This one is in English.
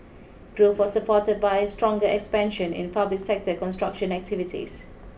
growth was supported by stronger expansion in public sector construction activities